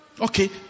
Okay